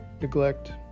neglect